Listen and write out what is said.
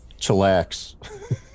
Chillax